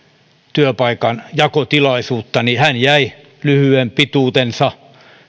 työpaikanjakotilaisuutta niin hän jäi lyhyen pituutensa